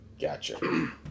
Gotcha